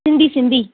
Sindhi Sindhi